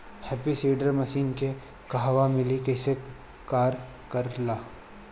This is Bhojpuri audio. हैप्पी सीडर मसीन के कहवा मिली कैसे कार कर ला?